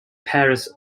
paris